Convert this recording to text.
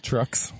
Trucks